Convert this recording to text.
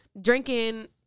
drinking